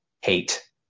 hate